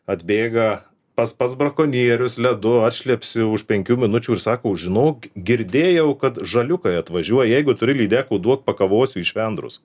atbėga pas pas brakonierius ledu atšlepsi už penkių minučių ir sako žinok girdėjau kad žaliukai atvažiuoja jeigu turi lydekų duok pakovosiu į švendrus